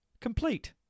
complete